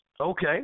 Okay